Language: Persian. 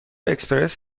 اکسپرس